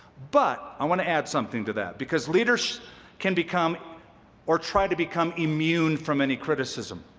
but i want to add something to that, because leaders can become or try to become immune from any criticism.